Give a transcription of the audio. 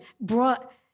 brought